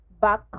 back